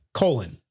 colon